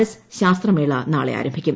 S ശാസ്ത്രമേള നാളെ ആരംഭിക്കും